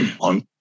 on